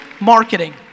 marketing